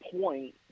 point